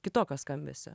kitokio skambesio